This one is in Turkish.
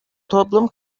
toplum